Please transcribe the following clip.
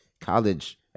college